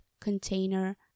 container